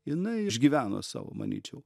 jinai išgyveno savo manyčiau